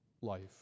life